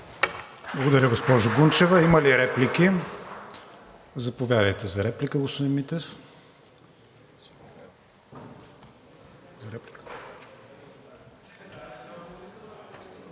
Благодаря, госпожо Гунчева. Има ли реплики? Заповядайте за реплика, господин Митев.